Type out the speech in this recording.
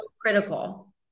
critical